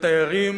לתיירים